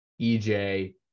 EJ